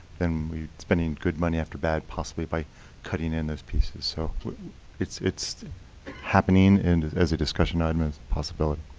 then we're spending good money after bad, possibly, by cutting in those pieces. so it's it's happening and as a discussion. um it's a possibility.